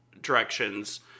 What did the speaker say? directions